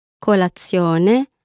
colazione